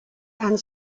and